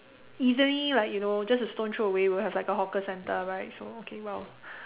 easily like you know just a stone throw away we'll have like a hawker centre right so okay well